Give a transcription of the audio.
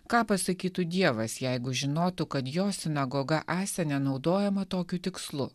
ką pasakytų dievas jeigu žinotų kad jo sinagoga esą nenaudojama tokiu tikslu